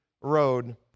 road